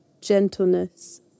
gentleness